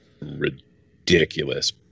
ridiculous